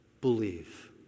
believe